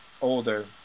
older